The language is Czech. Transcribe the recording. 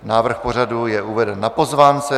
Návrh pořadu je uveden na pozvánce.